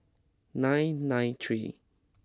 nine nine three